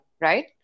right